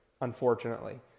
unfortunately